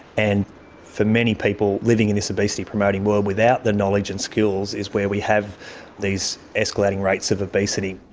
and for many people living in this obesity promoting world without the knowledge and skills is where we have these escalating rates of obesity.